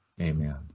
Amen